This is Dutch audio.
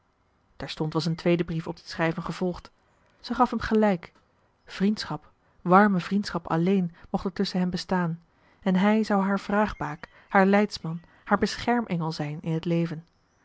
terstond was een tweede brief op dit schrijven gevolgd zij gaf hem gelijk vriendschap warme vriendschap alleen mocht er tusschen hen bestaan en hij zou haar vraagbaak haar leidsman haar beschermengel zijn in het leven